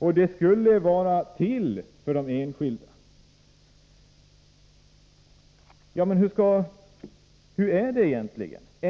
men lagstiftningen skulle ju vara till för de enskilda. Ja, hur är det egentligen?